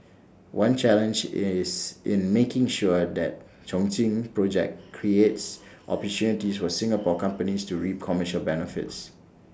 one challenge in is in making sure that Chongqing project creates opportunities for Singapore companies to reap commercial benefits